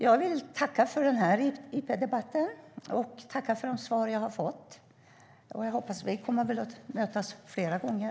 Jag vill tacka för den här interpellationsdebatten och för de svar jag har fått. Vi kommer väl att mötas här fler gånger.